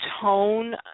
tone